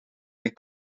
mijn